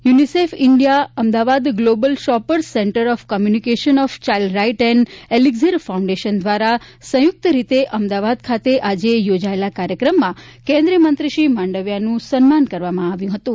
UNICEF India Ahmedabad global shapers centre for communication of child right અને elixir foundation દ્વારા સંયુકત રીતે અમદાવાદ ખાતે આજે યોજાયેલા કાર્યક્રમમાં કેન્દ્રીય મંત્રી શ્રી માંડવીયાનું સન્માન કરવામાં આવ્યું હતું